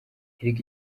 erega